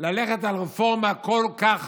ללכת על רפורמה כל כך